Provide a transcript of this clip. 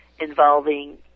involving